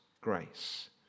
grace